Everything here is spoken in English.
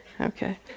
Okay